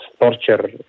torture